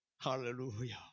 Hallelujah